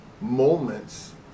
moments